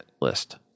list